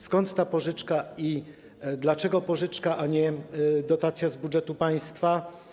Skąd ta pożyczka i dlaczego pożyczka, a nie dotacja z budżetu państwa?